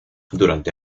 durante